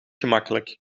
gemakkelijk